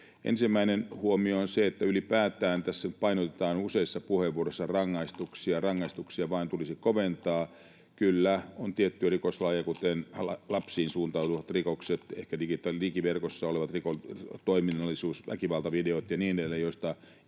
Ensimmäinen huomio on se, että ylipäätään tässä painotetaan useissa puheenvuoroissa rangaistuksia — rangaistuksia vain tulisi koventaa. Kyllä, on tiettyjä rikoslajeja — kuten lapsiin suuntautuvat rikokset, ehkä digiverkossa olevat toiminnallisuus, väkivaltavideot ja niin edelleen — joista ei edes